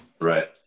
Right